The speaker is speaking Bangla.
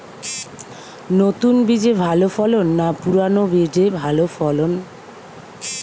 নতুন বীজে ভালো ফলন না পুরানো বীজে ভালো ফলন?